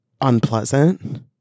unpleasant